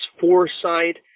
foresight